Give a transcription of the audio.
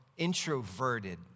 introverted